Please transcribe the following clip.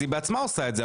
אז היא בעצמה עושה את זה,